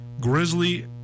Grizzly